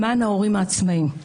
למען ההורים העצמאיים.